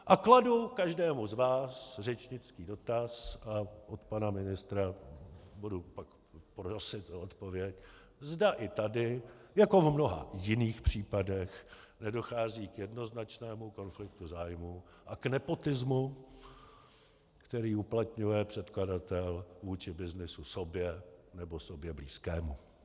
A kladu každému z vás řečnický dotaz a od pana ministra budu pak prosit o odpověď, zda i tady jako v mnoha jiných případech nedochází k jednoznačnému konfliktu zájmů a k nepotismu, který uplatňuje předkladatel vůči byznysu sobě nebo sobě blízkému.